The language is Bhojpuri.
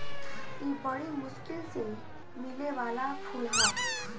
इ बरी मुश्किल से मिले वाला फूल ह